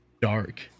dark